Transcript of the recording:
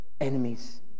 enemies